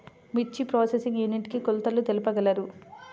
మిర్చి processing unit కి కొలతలు తెలుపగలరు?